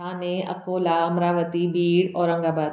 Thane Akola Amravati Beed Aurangabad